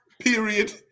period